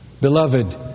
Beloved